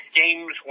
games